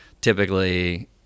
typically